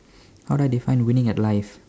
how do I define winning at life